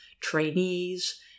trainees